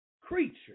creature